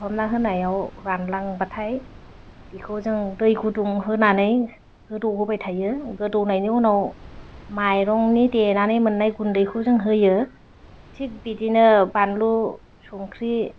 खोबहाबना होनायाव रानलांबाथाइ बेखौ जों दै गुदुं होनानै गोदौहोबाय थायो गोदौनायनि उनाव माइरंनि देनानै मोननाय गुन्दैखौ जों होयो थिग बिदिनो बानलु संख्रि